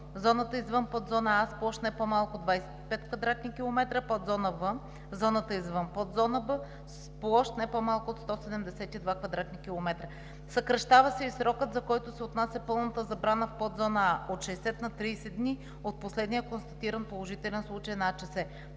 зоната извън подзона А, с площ не по-малко от 25 кв. км, подзона В – зоната извън подзона Б, с площ не по-малко от 172 кв. км. Съкращава се и срокът, за който се отнася пълната забрана в подзона А, от 60 на 30 от последния констатиран положителен случай на